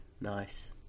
nice